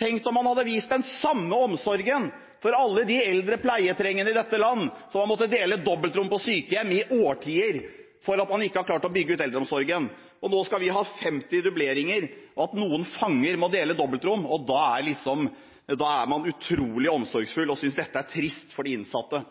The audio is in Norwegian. Tenk om man hadde vist den samme omsorgen for alle de eldre pleietrengende i dette land som har måttet dele dobbeltrom på sykehjem i årtier fordi man ikke har klart å bygge ut eldreomsorgen. Nå skal vi ha 50 dubleringer – noen fanger må dele dobbeltrom, og da er man utrolig omsorgsfull og synes at dette er trist for de innsatte.